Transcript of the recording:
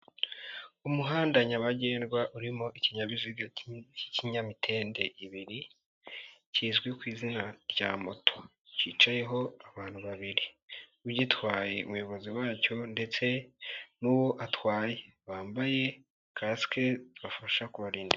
Umuhanda nyabagendwa urimo ikinyabiziga cy'ikinyamitende ibiri kizwi ku izina rya moto, kicayeho abantu babiri, ugitwaye umuyobozi wacyo ndetse n'uwo atwaye bambaye kasike zibafasha kubarinda.